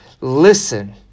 Listen